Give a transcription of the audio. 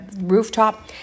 rooftop